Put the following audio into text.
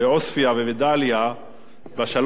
בשלוש וחצי השנים האחרונות